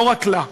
לא רק לה,